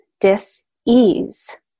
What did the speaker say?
dis-ease